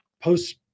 post